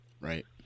right